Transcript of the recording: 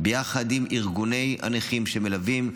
ביחד עם ארגוני הנכים שמלווים.